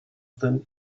than